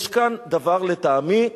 יש כאן דבר לטעמי,